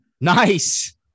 nice